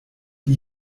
die